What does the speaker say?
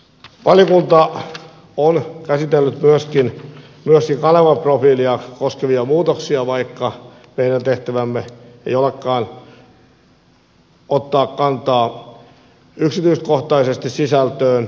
valiokunta on käsitellyt myöskin kanavaprofiilia koskevia muutoksia vaikka meidän tehtävämme ei olekaan ottaa kantaa yksityiskohtaisesti sisältöön